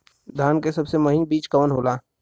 धान के सबसे महीन बिज कवन होला?